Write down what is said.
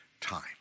time